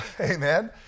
Amen